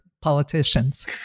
politicians